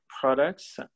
products